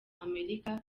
amerika